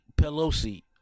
pelosi